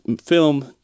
film